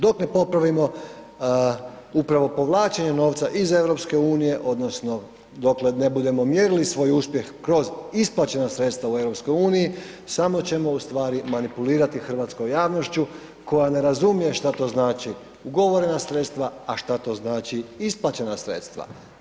Dok ne popravimo upravo povlačenje novca iz EU odnosno dokle ne budemo mjerili svoj uspjeh kroz isplaćena sredstva u EU samo ćemo ustvari manipulirati hrvatskom javnošću koja ne razumije šta to znači ugovorena sredstva a šta to znači isplaćena sredstva.